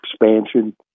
expansion